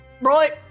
Right